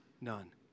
none